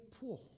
poor